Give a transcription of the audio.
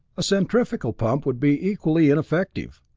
a centrifugal pump would be equally ineffective.